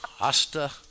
Hasta